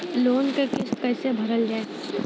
Loan क किस्त कैसे भरल जाए?